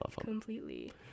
Completely